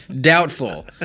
Doubtful